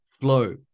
flow